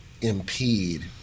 impede